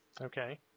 Okay